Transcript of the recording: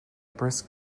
brisk